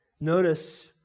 Notice